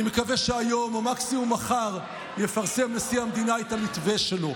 אני מקווה שהיום או מקסימום מחר יפרסם נשיא המדינה את המתווה שלו.